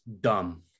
Dumb